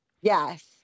Yes